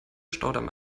staudamm